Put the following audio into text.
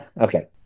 Okay